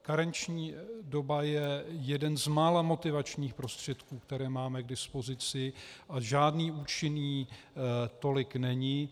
Karenční doba je jeden z mála motivačních prostředků, které máme k dispozici, a žádný účinný tolik není.